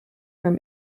from